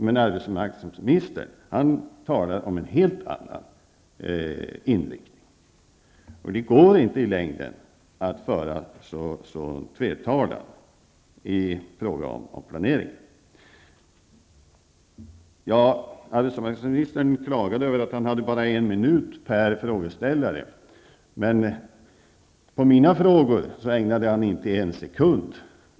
Men arbetsmarknadsministern talar om en helt annan inriktning. Det går inte att i längden föra en sådan tvetalan i fråga om planering. Arbetsmarknadsministern klagade över att han hade bara en minut till sitt förfogande för varje frågeställare. Men mina frågor ägnade han inte en sekund.